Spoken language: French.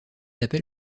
appel